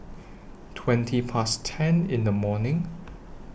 twenty Past ten in The morning